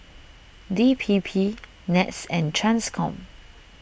D P P NETS and Transcom